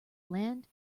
land